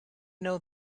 know